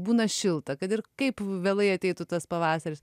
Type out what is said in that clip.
būna šilta kad ir kaip vėlai ateitų tas pavasaris